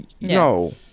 no